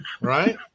right